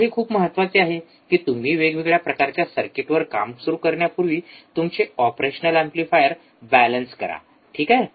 आता हे खूप महत्वाचे आहे की तुम्ही वेगवेगळ्या प्रकारच्या सर्किटवर काम सुरू करण्यापूर्वी तुमचे ऑपरेशनल एम्प्लीफायर बॅलन्स करा ठीक आहे